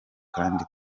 kandi